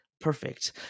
Perfect